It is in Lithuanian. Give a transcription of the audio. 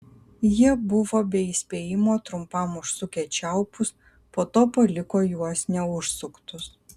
jie buvo be įspėjimo trumpam užsukę čiaupus po to paliko juos neužsuktus